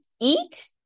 eat